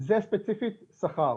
זה ספציפית שכר.